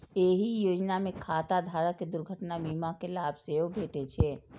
एहि योजना मे खाता धारक कें दुर्घटना बीमा के लाभ सेहो भेटै छै